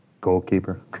Goalkeeper